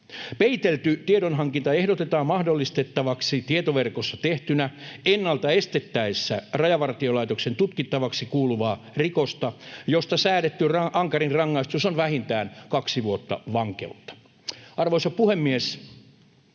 Peitelty tiedonhankinta ehdotetaan mahdollistettavaksi tietoverkossa tehtynä ennalta estettäessä Rajavartiolaitoksen tutkittavaksi kuuluvaa rikosta, josta säädetty ankarin rangaistus on vähintään kaksi vuotta vankeutta. Arvoisa puhemies!